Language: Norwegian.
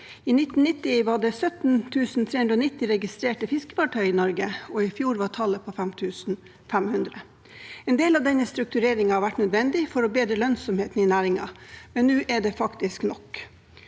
I 1990 var det 17 390 registrerte fiskefartøy i Norge, og i fjor var tallet 5 500. En del av denne struktureringen har vært nødvendig for å bedre lønnsomheten i næringen, men nå er det faktisk nok.